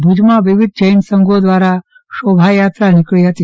ભુજમાં વિવિધ જૈન સંઘો દ્રારા શોભાયાત્રા નીકળી હતી